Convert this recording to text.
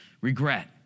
regret